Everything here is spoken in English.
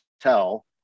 tell